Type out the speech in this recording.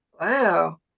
Wow